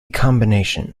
combination